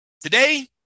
Today